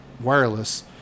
wireless